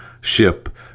ship